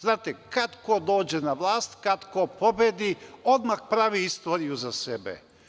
Znate, kad ko dođe na vlast, kad ko pobedi, odmah pravi istoriju za sebe.